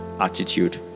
attitude